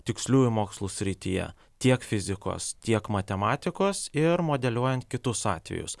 tiksliųjų mokslų srityje tiek fizikos tiek matematikos ir modeliuojant kitus atvejus